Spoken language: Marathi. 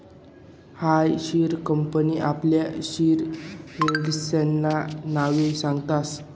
हायी शेअर कंपनी आपला शेयर होल्डर्सना नावे सांगस